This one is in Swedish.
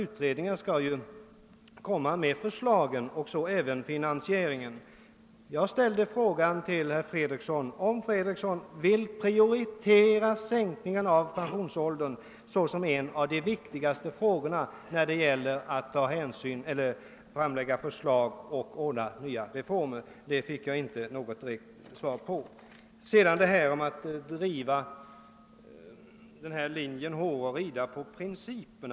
Utredningen skall ju framlägga förslag, även när det gäller finansieringen. Jag frågade herr Fredriksson om han vill prioritera allmän sänkning av pensionsåldern när det gäller att framlägga förslag rörande nya reformer. Den frågan fick jag inte något riktigt svar på. Herr Fredriksson sade att vi rider på principer.